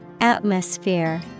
Atmosphere